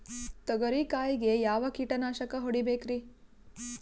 ತೊಗರಿ ಕಾಯಿಗೆ ಯಾವ ಕೀಟನಾಶಕ ಹೊಡಿಬೇಕರಿ?